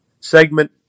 segment